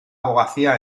abogacía